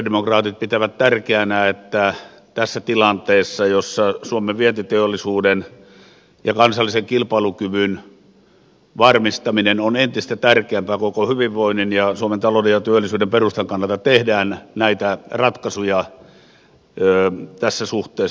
sosialidemokraatit pitävät tärkeänä että tässä tilanteessa jossa suomen vientiteollisuuden ja kansallisen kilpailukyvyn varmistaminen on entistä tärkeämpää koko hyvinvoinnin ja suomen talouden ja työllisyyden perustan kannalta tehdään näitä ratkaisuja tässä suhteessa